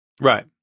Right